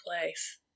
place